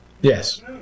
Yes